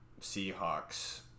Seahawks